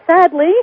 sadly